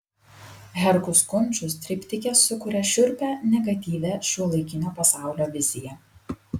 herkus kunčius triptike sukuria šiurpią negatyvią šiuolaikinio pasaulio viziją